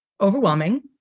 Overwhelming